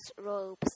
robes